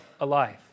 alive